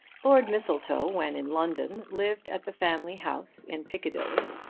lord mistletoe when in london lived at the family house in piccadilly,